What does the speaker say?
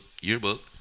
yearbook